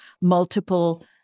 multiple